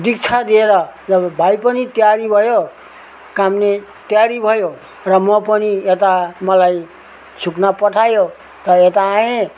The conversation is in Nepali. दिक्षा दिएर जब भाइ पनि तयारी भयो काम्ने तयारी भयो र म पनि यता मलाई सुकुना पठायो र त्यहाँ आएँ